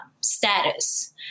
status